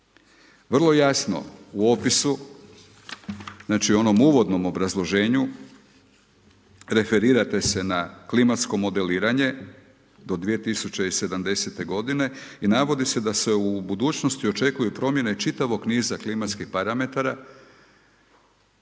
Vrlo jasno u opisu, znači u onom uvodnom obrazloženju, referirate se na klimatsko modeliranje, do 2070. g. i navodi se da se u budućnosti očekuju promjene čitavog niza klimatskih parametara,